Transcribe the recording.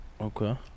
Okay